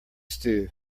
stew